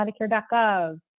Medicare.gov